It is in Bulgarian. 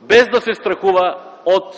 без да се страхува от